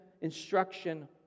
instruction